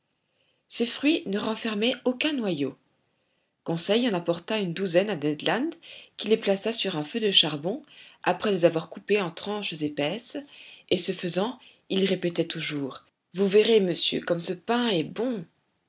ces fruits ne renfermaient aucun noyau conseil en apporta une douzaine à ned land qui les plaça sur un feu de charbons après les avoir coupés en tranches épaisses et ce faisant il répétait toujours vous verrez monsieur comme ce pain est bon